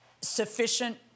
sufficient